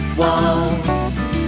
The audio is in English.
walls